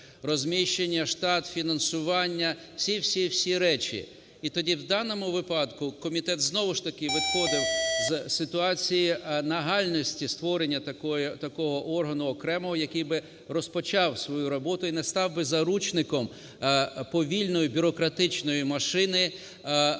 Розміщення, штат, фінансування, всі, всі, всі речі. І тоді в даному випадку комітет знову ж таки виходив з ситуації нагальності створення такого органу окремого, який би розпочав свою роботу і не став би заручником повільної бюрократичної машини,